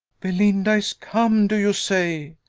belinda is come, do you say?